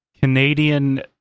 Canadian